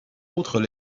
autres